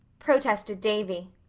protested davy.